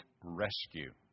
rescue